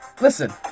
listen